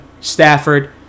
Stafford